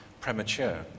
premature